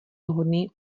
vhodný